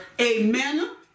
Amen